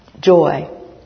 joy